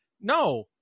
No